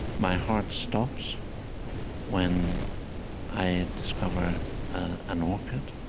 my heart stops when i discover an orchid.